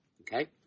Okay